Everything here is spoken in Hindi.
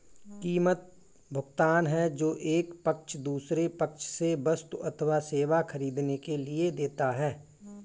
कीमत, भुगतान है जो एक पक्ष दूसरे पक्ष से वस्तु अथवा सेवा ख़रीदने के लिए देता है